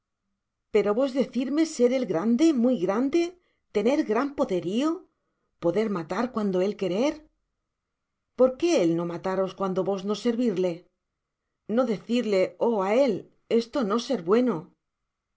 pero vos deoirme ser él grande muy grande tener gran poderio poder matar cuando él querer por qué él dio mataros cuando vos no servirle no decirle o á él esto no ser bueno